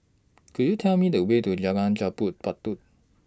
Could YOU Tell Me The Way to Jalan Jambu Batu